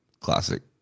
Classic